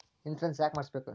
Insurance ಯಾಕ್ ಮಾಡಿಸಬೇಕು?